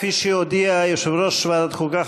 כפי שהודיע יושב-ראש ועדת החוקה,